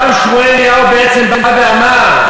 הרב שמואל אליהו בעצם בא ואמר: